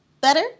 better